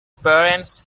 parents